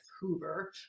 Hoover